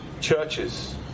churches